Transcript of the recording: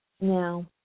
Now